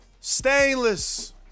Stainless